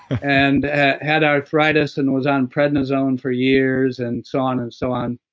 and had arthritis and was on prednisone for years, and so on, and so on.